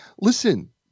Listen